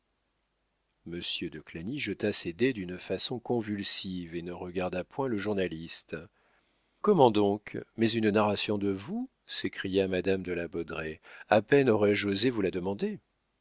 monsieur de clagny jeta ses dés d'une façon convulsive et ne regarda point le journaliste comment donc mais une narration de vous s'écria madame de la baudraye à peine aurais-je osé vous la demander